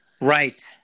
right